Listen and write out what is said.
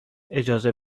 اجازه